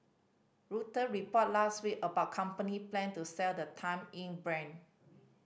Reuters reported last week about company plan to sell the Time Inc brand